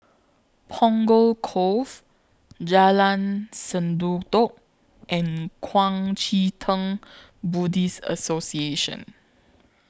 Punggol Cove Jalan Sendudok and Kuang Chee Tng Buddhist Association